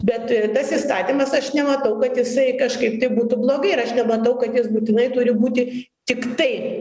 bet tas įstatymas aš nematau kad jisai kažkaip tai būtų blogai ir aš nematau kad jis būtinai turi būti tiktai